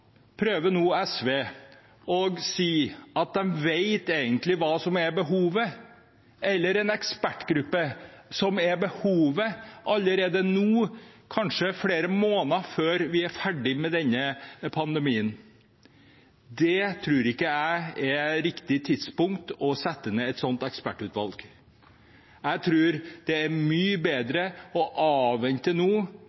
prøver SV allerede nå å si at de vet hva som egentlig er behovet – eller at det er en ekspertgruppe som er behovet – kanskje flere måneder før vi er ferdig med denne pandemien. Det tror ikke jeg er riktig tidspunkt for å sette ned et sånt ekspertutvalg. Jeg tror det er mye